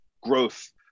growth